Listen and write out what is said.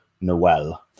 Noel